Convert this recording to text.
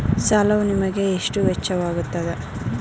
ಸಾಲವು ನಿಮಗೆ ಎಷ್ಟು ವೆಚ್ಚವಾಗುತ್ತದೆ?